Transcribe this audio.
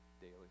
daily